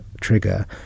trigger